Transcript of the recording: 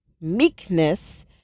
meekness